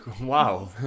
Wow